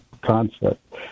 concept